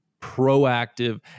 proactive